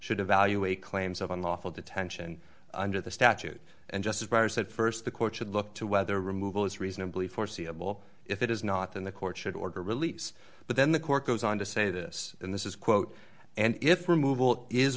should evaluate claims of unlawful detention under the statute and just a virus that st the court should look to whether removal is reasonably foreseeable if it is not in the court should order release but then the court goes on to say this and this is quote and if removal is